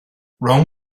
rome